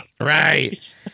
Right